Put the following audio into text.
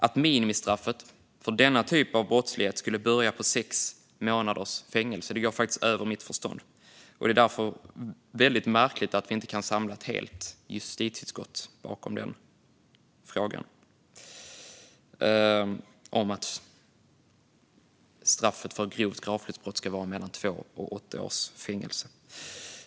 Att minimistraffet för denna typ av brottslighet skulle börja på sex månaders fängelse går över mitt förstånd, och det är därför väldigt märkligt att vi inte kan samla hela justitieutskottet bakom att straffet för grovt gravfridsbrott ska vara mellan två och åtta års fängelse.